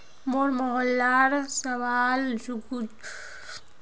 मोर मोहल्लार सबला बुजुर्गक वृद्धा पेंशनेर लाभ मि ल छेक